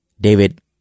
David